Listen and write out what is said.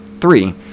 three